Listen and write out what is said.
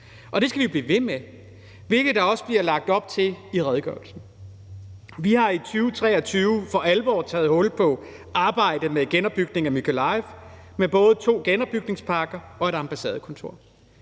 det skal vi blive ved med, hvilket der også bliver lagt op til i redegørelsen. Vi har i 2023 for alvor taget hul på arbejdet med genopbygningen af Mykolaiv med både to genopbygningspakker og et ambassadekontor.